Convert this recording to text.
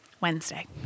Wednesday